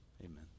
Amen